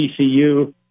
TCU